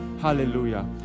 hallelujah